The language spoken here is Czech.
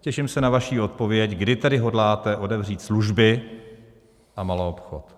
Těším se na vaši odpověď, kdy tady hodláte otevřít služby a maloobchod.